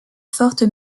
forte